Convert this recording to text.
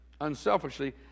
unselfishly